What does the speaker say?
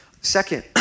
Second